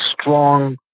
strong